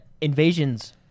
invasions